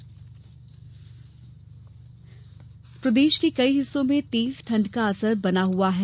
मौसम प्रदेश के कई हिस्सो में तेज ठण्ड का असर बना हुआ है